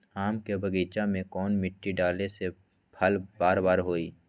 आम के बगीचा में कौन मिट्टी डाले से फल बारा बारा होई?